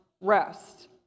rest